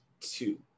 two